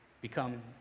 become